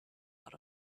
out